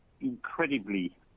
incredibly